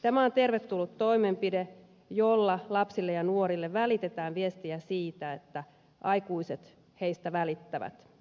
tämä on tervetullut toimenpide jolla lapsille ja nuorille välitetään viestiä siitä että aikuiset heistä välittävät